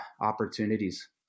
opportunities